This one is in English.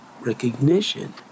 recognition